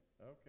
Okay